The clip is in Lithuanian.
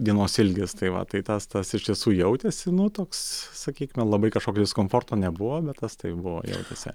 dienos ilgis tai va tai tas tas iš tiesų jautėsi nu toks sakykime labai kažkokio diskomforto nebuvo bet tas tai buvo jautėsi